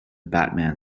batman